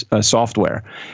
software